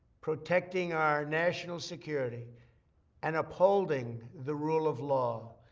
protecting our national security and upholding the rule of law.